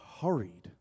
hurried